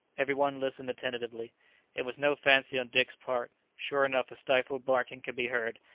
every one listened attentively it was no fancy on dick's part, sure enough a stifled barking could be heard,